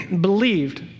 believed